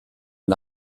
und